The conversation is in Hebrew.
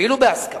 אפילו בהסכמה,